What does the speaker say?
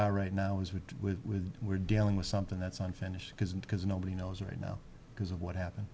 are right now is with with we're dealing with something that's unfinished business because nobody knows right now because of what happen